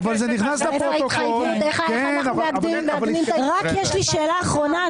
יש לי שאלה אחרונה,